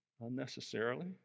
unnecessarily